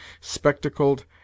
spectacled